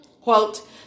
Quote